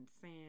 Sam